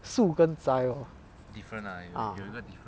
素跟斋 lor ah